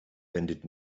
wendet